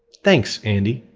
thanks, andy!